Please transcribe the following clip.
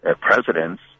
presidents